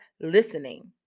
listening